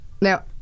Now